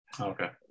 okay